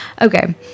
okay